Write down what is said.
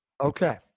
Okay